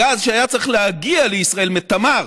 הגז שהיה צריך להגיע לישראל מתמר,